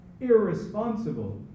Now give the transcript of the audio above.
irresponsible